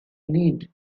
need